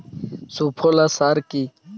সুফলা সার কি?